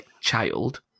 child